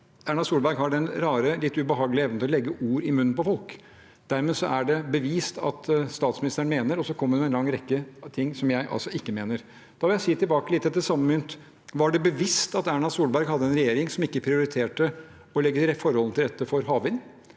Erna Solberg har den rare, litt ubehagelige evnen til å legge ord i munnen på folk. – Dermed er det bevist at statsministeren mener, sier hun, og så kommer det en lang rekke av ting som jeg altså ikke mener. Da vil jeg si tilbake igjen, litt med samme mynt: Var det bevisst at Erna Solberg hadde en regjering som ikke prioriterte å legge forholdene til rette for havvind?